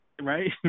right